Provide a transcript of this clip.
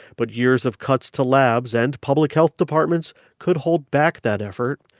but years of cuts to labs and public health departments could hold back that effort.